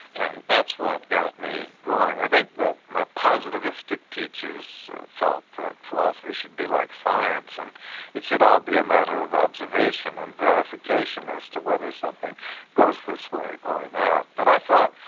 and that's what got me going. i think that my positivistic teachers felt that philosophy should be like science and it should all be a matter of observation and verification as to whether something goes this way or that. but i thought,